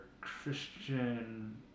Christian